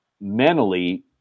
mentally